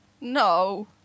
No